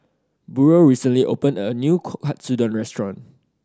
Burrel recently opened a new Katsudon Restaurant